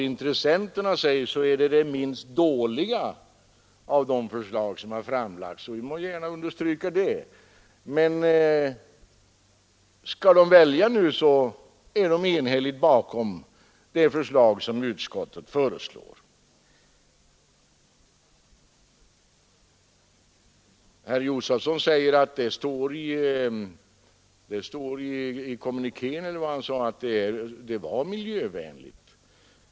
Intressenterna säger att det är det ”minst dåliga” av de förslag som har framlagts — och de må gärna anse det — men om de får välja ställer de sig enhälligt bakom utskottets förslag. Herr Josefson i Arrie säger att det i kommunikén uttalades att förslaget om en avgift på 20 öre var miljövänligt.